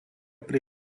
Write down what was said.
pri